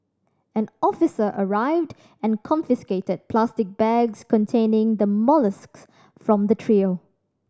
an officer arrived and confiscated plastic bags containing the molluscs from the trio